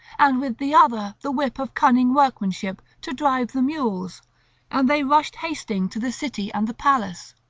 and with the other the whip of cunning workmanship, to drive the mules and they rushed hasting to the city and the palace.